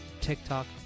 TikTok